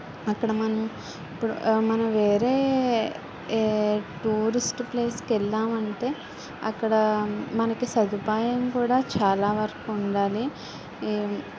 అక్కడ మనం ఇప్పుడు మనం వేరే టూరిస్ట్ ప్లేస్కి వెళ్ళామంటే అక్కడ మనకి సదుపాయం కూడా చాలా వరకు ఉండాలి ఈ